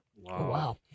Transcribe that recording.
Wow